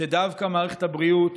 שדווקא מערכת הבריאות